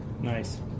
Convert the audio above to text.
Nice